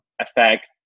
affect